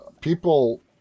people